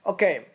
Okay